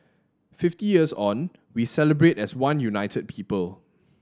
fifty years on we celebrate as one united people